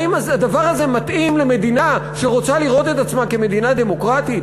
האם הדבר הזה מתאים למדינה שרוצה לראות את עצמה כמדינה דמוקרטית?